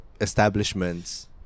establishments